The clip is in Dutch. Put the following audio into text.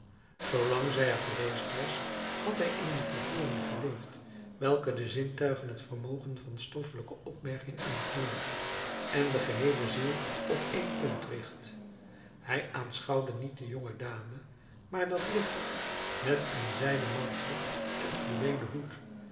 zoolang zij er geweest was had hij in die vervoering geleefd welke de zintuigen het vermogen van stoffelijke opmerking ontneemt en de geheele ziel op één punt richt hij aanschouwde niet de jonge dame maar dat licht met een zijden mantel en fluweelen hoed